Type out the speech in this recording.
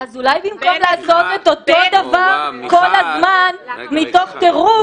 אז אולי במקום לעשות את אותו הדבר כל הזמן מתוך טירוף,